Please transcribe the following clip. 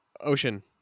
ocean